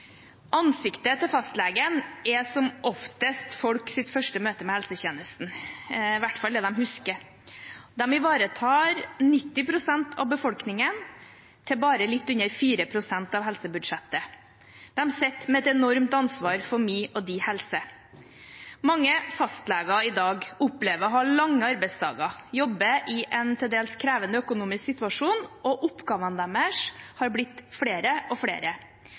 Ansiktet til fastlegen er som oftest folks første møte med helsetjenesten, i hvert fall det de husker. De ivaretar 90 pst. av befolkningen til bare litt under 4 pst. av helsebudsjettet. De sitter med et enormt ansvar for min og din helse. Mange fastleger i dag opplever å ha lange arbeidsdager, jobber i en til dels krevende økonomisk situasjon, og oppgavene deres har blitt flere og flere.